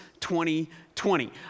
2020